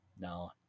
No